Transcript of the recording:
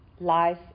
life